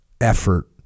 effort